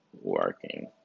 working